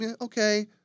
okay